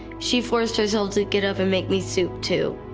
she forced herself to get up and make me soup, too.